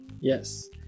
yes